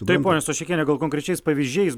taip ponia soščekienė gal konkrečiais pavyzdžiais